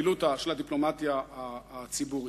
של הדיפלומטיה הציבורית.